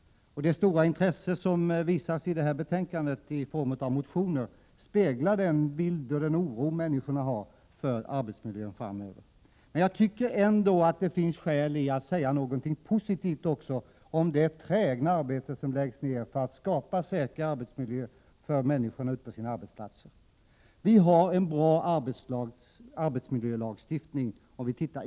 De många motioner som behandlas i detta betänkande speglar den oro som människorna hyser över arbetsmiljön framöver. Men jag tycker ändå att det även finns skäl att säga något positivt om det trägna arbete som utförs för att skapa säkrare arbetsmiljöer för människorna ute på arbetsplatserna. Vi har i ett internationellt perspektiv en bra arbetsmiljölagstiftning.